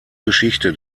geschichte